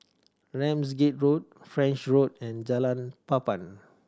Ramsgate Road French Road and Jalan Papan